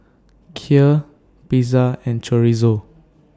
Kheer Pizza and Chorizo